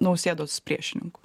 nausėdos priešininku